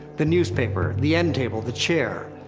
the newspaper, the end table, the chair.